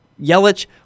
Yelich